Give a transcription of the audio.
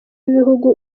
b’ibihugu